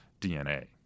DNA